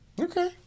Okay